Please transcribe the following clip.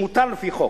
כשמותר לפי חוק.